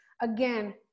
Again